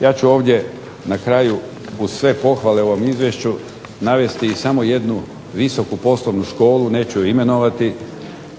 Ja ću ovdje na kraju uz sve pohvale ovom Izvješću navesti samo jednu visoku poslovnu školu, neću je imenovati,